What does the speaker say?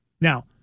Now